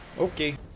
Okay